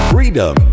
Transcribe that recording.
Freedom